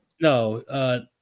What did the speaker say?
No